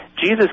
Jesus